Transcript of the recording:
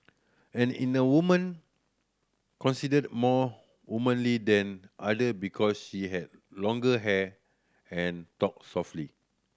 and in the woman considered more womanly than other because she has longer hair and talks softly